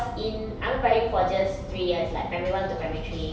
in ahmad ibrahim for just three years like primary one to primary three